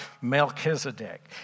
Melchizedek